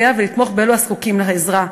לסייע ולתמוך באלו הזקוקים לעזרה.